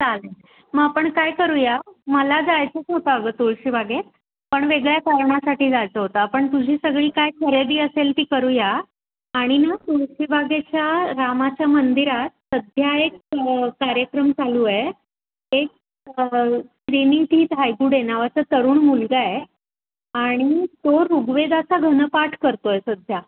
चालेल मग आपण काय करूया मला जायचंच होतं अगं तुळशीबागेत पण वेगळ्या कारणासाठी जायचं होतं पण तुझी सगळी काय खरेदी असेल ती करूया आणि ना तुळशीबागेच्या रामाच्या मंदिरात सध्या एक कार्यक्रम चालू आहे एक श्रीनीती धायगुडे नावाचा तरुण मुलगा आहे आणि तो ऋग्वेदाचा घनपाठ करत आहे सध्या